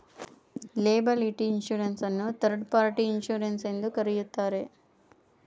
liability insurance ಅನ್ನು third party insurance ಎಂದು ಕರೆಯುತ್ತಾರೆ